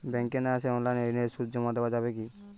ব্যাংকে না এসে অনলাইনে ঋণের সুদ জমা দেওয়া যাবে কি?